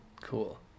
Cool